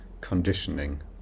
conditioning